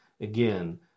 again